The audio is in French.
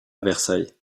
versailles